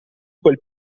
quel